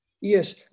yes